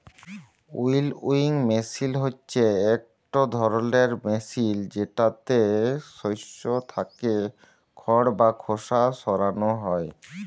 উইলউইং মেসিল হছে ইকট ধরলের মেসিল যেটতে শস্য থ্যাকে খড় বা খোসা সরানো হ্যয়